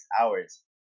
hours